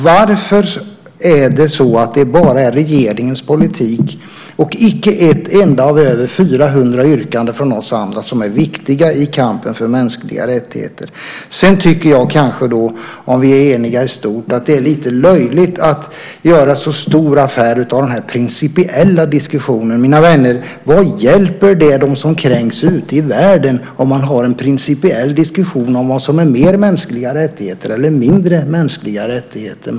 Varför är det bara regeringens politik, och icke ett enda av de 400 yrkandena, som är bra och viktigt i kampen för mänskliga rättigheter? Om vi är eniga i stort är det lite löjligt, tycker jag, att göra så stor affär av den principiella diskussionen. Vad hjälper det, mina vänner, dem som kränks ute i världen om man har en principiell diskussion om vad som är så att säga mer mänskliga rättigheter eller mindre mänskliga rättigheter?